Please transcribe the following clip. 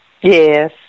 Yes